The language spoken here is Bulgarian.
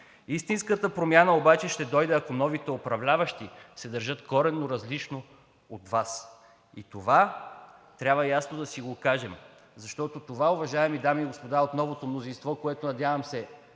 Истинската промяна обаче ще дойде, ако новите управляващи се държат коренно различно от Вас и това трябва ясно да си го кажем, защото това, уважаеми дами и господа от новото мнозинство, което надявам се